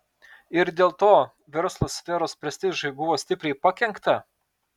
ir dėl to verslo sferos prestižui buvo stipriai pakenkta